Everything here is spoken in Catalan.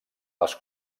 les